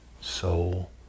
soul